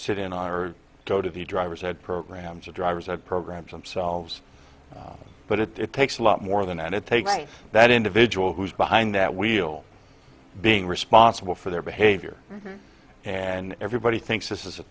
sit in on or go to the driver's ed programs or driver's ed programs themselves but it takes a lot more than that it takes place that individual who's behind that wheel being responsible for their behavior and everybody thinks this is a